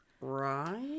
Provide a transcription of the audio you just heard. Right